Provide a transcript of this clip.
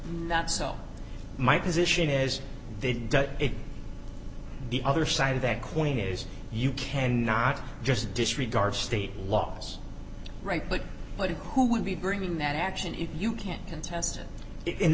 not so my position is they've done it the other side of that coin is you cannot just disregard state laws right but what who would be bringing that action if you can't